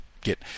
get